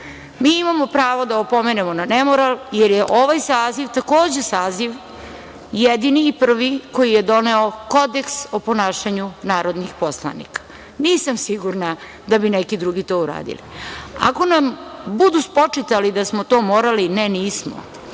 Mi imamo pravo da opomenemo na nemoral, jer je ovaj saziv takođe saziv, jedini i prvi, koji je doneo Kodeks o ponašanju narodnih poslanika. Nisam sigurna da bi neki drugi to uradili. Ako nam budu spočitali da smo to morali - ne, nismo.